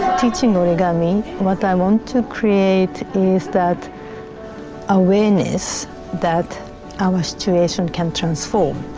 teaching origami what i want to create is that awareness that our situation can transform,